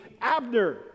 Abner